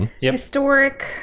historic